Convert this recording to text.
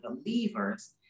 believers